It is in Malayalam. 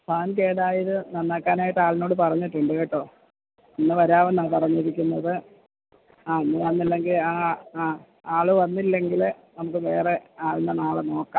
ടാങ്ക് ഏതായാലും നന്നാക്കാനായിട്ട് ആളിനോട് പറഞ്ഞിട്ടുണ്ട് കേട്ടോ ഇന്ന് വരാമെന്നാണ് പറഞ്ഞിരിക്കുന്നത് ആ ഇന്ന് വന്നില്ലെങ്കില് ആ ആ ആള് വന്നില്ലെങ്കില് നമുക്ക് വേറെയാളിനെ നാളെ നോക്കാം